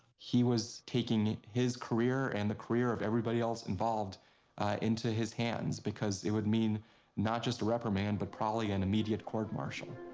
he was taking his career and the career of everybody else involved into his hands, because it would mean not just a reprimand, but probably an immediate court martial.